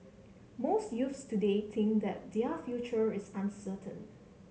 most youths today think that their future is uncertain